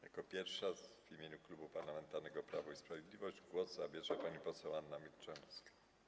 Jako pierwsza w imieniu Klubu Parlamentarnego Prawo i Sprawiedliwość głos zabierze pani poseł Anna Milczanowska.